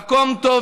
"מקומטוב",